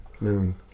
Moon